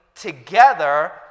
together